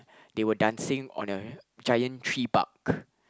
they were dancing on a giant tree bark